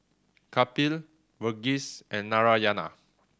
Kapil Verghese and Narayana